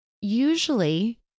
usually